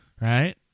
Right